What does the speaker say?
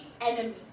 enemy